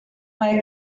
mai